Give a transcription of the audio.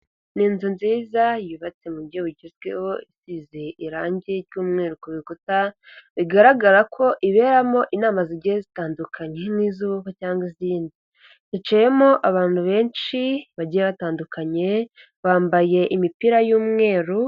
Ni inzu nziza yubatse mu buryo bugezweho, isize irangi ry'umweru ku bikuta, bigaragara ko iberamo inama zigiye zitandukanye nk'iz'ubukwe cyangwa izindi, hicayemo abantu benshi bagiye batandukanye, bambaye imipira y'umweru.